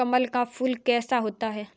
कमल का फूल कैसा होता है?